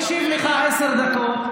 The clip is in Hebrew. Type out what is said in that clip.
הוא הקשיב לך עשר דקות,